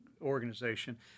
organization